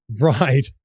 Right